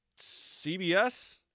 CBS